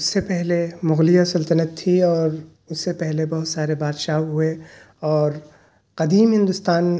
اس سے پہلے مغلیہ سلطنت تھی اور اس سے پہلے بہت سارے بادشاہ ہوئے اور قدیم ہندوستان